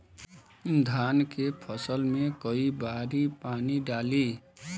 धान के फसल मे कई बारी पानी डाली?